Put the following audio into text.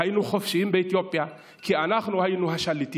היינו חופשיים באתיופיה, כי אנחנו היינו השליטים.